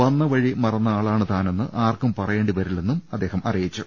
വന്ന വഴി മറന്ന ആളാണ് താനെന്ന് ആർക്കും പറയേണ്ടി വരില്ലെന്നും അദ്ദേഹം പറഞ്ഞു